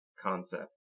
concept